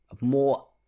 more